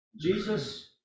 Jesus